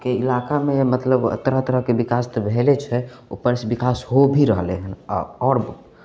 के इलाकामे मतलब तरह तरहके विकास तऽ भेले छै ऊपरसँ विकास हो भी रहलै हन औ आओर